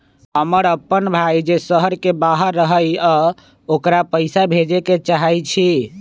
हमर अपन भाई जे शहर के बाहर रहई अ ओकरा पइसा भेजे के चाहई छी